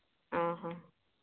ᱚ ᱦᱚᱸ